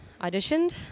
auditioned